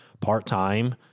Part-time